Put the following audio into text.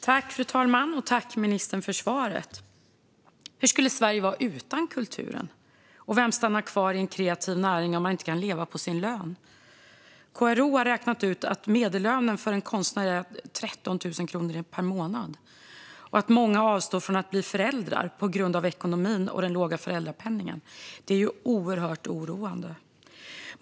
Fru talman! Jag tackar ministern för svaret. Hur skulle Sverige vara utan kulturen? Och vem stannar kvar i en kreativ näring om man inte kan leva på sin lön? KRO har räknat ut att medellönen för en konstnär är 13 000 kronor per månad och att många avstår från att bli föräldrar på grund av ekonomin och den låga föräldrapenningen. Detta är oerhört oroande.